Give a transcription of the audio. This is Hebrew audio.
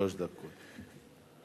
שלוש דקות.